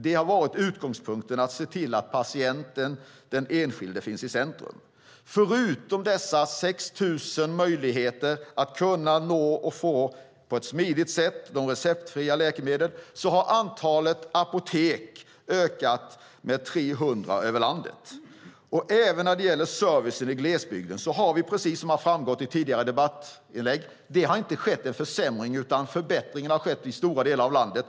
Utgångspunkten har varit att se till att patienten, den enskilde, finns i centrum. Förutom att det finns möjlighet på 6 000 ställen att på ett smidigt sätt köpa receptfria läkemedel har antalet apotek ökat med 300 i landet. Och precis som har framgått av tidigare debattinlägg har det inte skett en försämring av servicen i glesbygd, utan det har skett en förbättring i stora delar av landet.